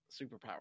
superpower